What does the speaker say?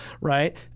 right